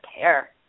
care